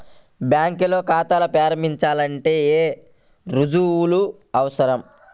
బ్యాంకులో ఖాతా ప్రారంభించాలంటే ఏ రుజువులు అవసరం?